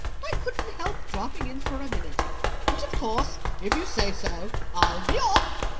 i couldn't help dropping in for a minute but of course if you say so i'll be off.